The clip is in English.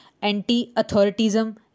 Anti-authoritism